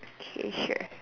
okay sure